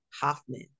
Hoffman